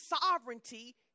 sovereignty